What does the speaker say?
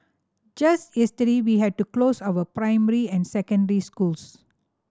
just yesterday we had to close our primary and secondary schools